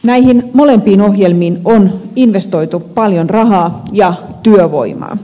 näihin molempiin ohjelmiin on investoitu paljon rahaa ja työvoimaa